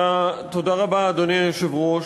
אדוני היושב-ראש,